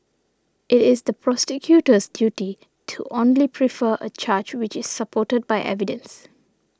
it is the prosecutor's duty to only prefer a charge which is supported by evidence